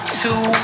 two